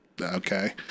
okay